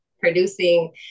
producing